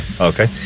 okay